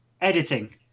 Editing